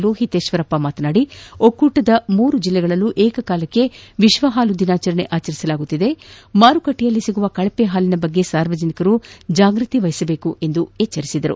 ಲೋಹಿತೇಶ್ವರಪ್ಪ ಮಾತನಾಡಿ ಒಕ್ಕೂಟದ ಮೂರು ಜಿಲ್ಲೆಗಳಲ್ಲೂ ಏಕಕಾಲಕ್ಕೆ ಏಕಕಾಲಕ್ಕೆ ಏಕಕಾಲಕ್ಕೆ ವಿಕ್ವ ಹಾಲು ದಿನಾಚರಣೆ ಆಚರಿಸಲಾಗುತ್ತಿದೆ ಮಾರುಕಟ್ಟೆಯಲ್ಲಿ ಸಿಗುವ ಕಳಪೆ ಹಾಲಿನ ಬಗ್ಗೆ ಸಾರ್ವಜನಿಕರು ಜಾಗೃತಿ ವಹಿಸಬೇಕು ಎಂದು ಎಚ್ಚರಿಸಿದರು